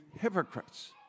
hypocrites